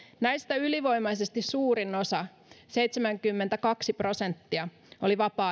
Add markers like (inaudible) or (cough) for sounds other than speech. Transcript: näistä ylivoimaisesti suurin osa seitsemänkymmentäkaksi prosenttia oli vapaa (unintelligible)